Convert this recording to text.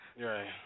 Right